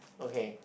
okay